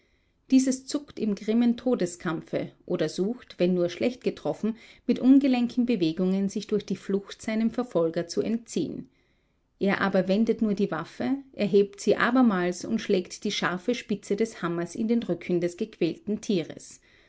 dieses zuckt im grimmen todeskampfe oder sucht wenn nur schlecht getroffen mit ungelenken bewegungen sich durch die flucht seinem verfolger zu entziehen er aber wendet nur die waffe erhebt sie abermals und schlägt die scharfe spitze des hammers in den rücken des gequälten tieres